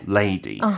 lady